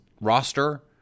roster